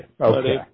Okay